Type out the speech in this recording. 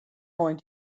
going